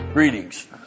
Greetings